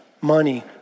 money